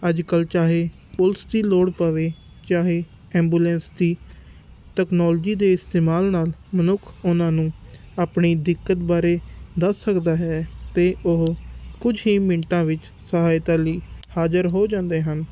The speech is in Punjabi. ਅੱਜ ਕੱਲ੍ਹ ਚਾਹੇ ਪੁਲਿਸ ਦੀ ਲੋੜ ਪਵੇ ਚਾਹੇ ਐਬੂਲੈਂਸ ਦੀ ਟੈਕਨੋਲਜੀ ਦੇ ਇਸਤੇਮਾਲ ਨਾਲ ਮਨੁੱਖ ਉਹਨਾਂ ਨੂੰ ਆਪਣੀ ਦਿੱਕਤ ਬਾਰੇ ਦੱਸ ਸਕਦਾ ਹੈ ਅਤੇ ਉਹ ਕੁਛ ਹੀ ਮਿੰਟਾਂ ਵਿੱਚ ਸਹਾਇਤਾ ਲਈ ਹਾਜ਼ਰ ਹੋ ਜਾਂਦੇ ਹਨ